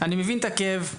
אני מבין את הכאב.